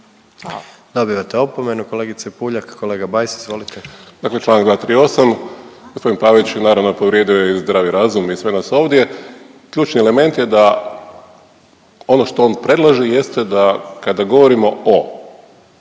Dobivate opomenu kolegice Puljak. Kolega Bajs, izvolite. **Bajs, Damir (Fokus)** Dakle, Članak 238., gospodin Pavić je naravno povrijedio i zdravi razum i sve nas ovdje. Ključni element je da ono što on predloži jeste da kada govorimo o